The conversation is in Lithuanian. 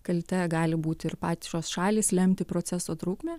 kalte gali būti ir pačios šalys lemti proceso trukmę